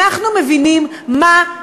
אנחנו מבינים מה,